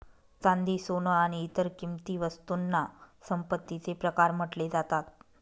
चांदी, सोन आणि इतर किंमती वस्तूंना संपत्तीचे प्रकार म्हटले जातात